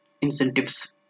incentives